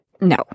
No